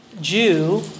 Jew